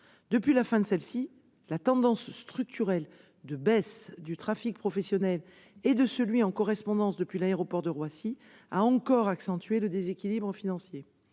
Depuis la fin de celle-ci, la tendance structurelle de baisse du trafic professionnel et du trafic en correspondance depuis l'aéroport de Roissy a encore accentué le déséquilibre financier.